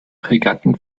regatten